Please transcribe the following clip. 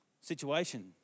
situation